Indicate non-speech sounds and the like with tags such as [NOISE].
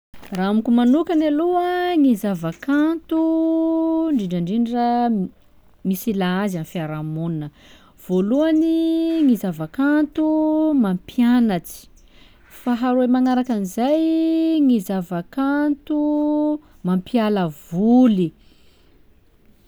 Raha amiko manokany aloha, gny zava-kanto [HESITATION] ndrindrandrindra misy ilà azy amy fiaraha-monina, vôlohany, gny zava-kanto mampianatsy; faharoy manarakan'izay, gny zava-kanto mampiala voly.